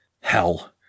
Hell